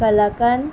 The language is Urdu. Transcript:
کلاقند